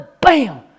bam